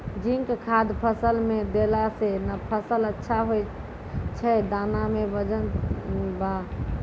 zinc खाद फ़सल मे देला से फ़सल अच्छा होय छै दाना मे वजन ब